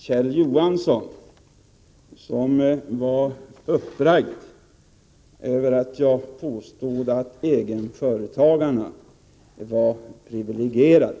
Kjell Johansson, som var uppbragt över att jag påstod att egenföretagarna är privilegierade.